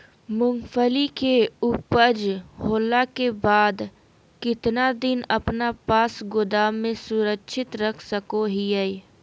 मूंगफली के ऊपज होला के बाद कितना दिन अपना पास गोदाम में सुरक्षित रख सको हीयय?